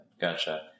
gotcha